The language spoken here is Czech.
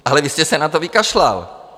Ale vy jste se na to vykašlal.